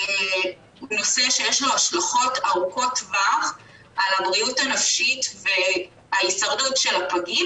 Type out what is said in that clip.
נושא שיש לו השלכות ארוכות טווח על הבריאות הנפשית וההישרדות של הפגים,